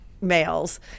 males